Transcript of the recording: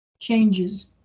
changes